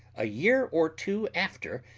a year or two after,